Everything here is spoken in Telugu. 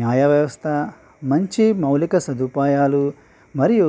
న్యాయవ్యవస్థ మంచి మౌలిక సదుపాయాలు మరియు